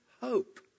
hope